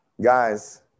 Guys